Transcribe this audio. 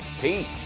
Peace